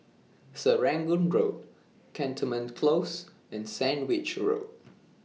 Serangoon Road Cantonment Close and Sandwich Road